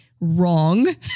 wrong